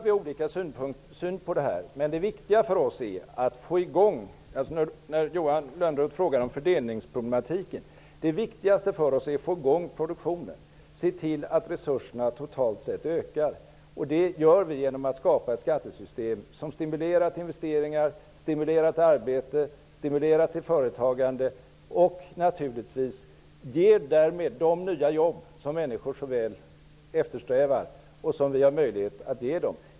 Vi har olika syn på dessa frågor. Men det viktiga för oss är att få i gång produktionen -- Johan Lönnroth tog upp fördelningsproblematiken -- och se till att resurserna totalt sett ökar. Det gör vi genom att skapa ett skattesystem, som stimulerar till investeringar, arbete och företagande och därmed åstadkommer de nya jobb som människor så väl behöver och som vi har möjlighet att ge dem.